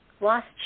lost